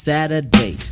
Saturday